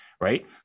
Right